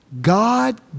God